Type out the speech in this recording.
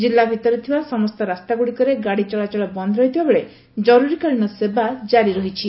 କିଲ୍ଲା ଭିତରେ ଥିବା ସମସ୍ତ ରାସ୍ତାଗୁଡିକରେ ଗାଡି ଚଳାଚ ବନ୍ଦ ରହିଥିବାବେଳେ ଜରୁରୀକାଳନୀ ସେବା କେବଳ ଜାରି ରହିଛି